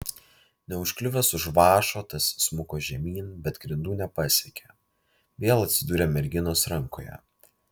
neužkliuvęs už vąšo tas smuko žemyn bet grindų nepasiekė vėl atsidūrė merginos rankoje